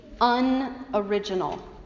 unoriginal